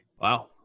Wow